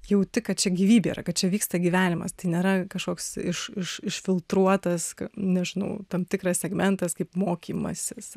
jauti kad čia gyvybė yra kad čia vyksta gyvenimas tai nėra kažkoks iš iš išfiltruotas nežinau tam tikras segmentas kaip mokymasis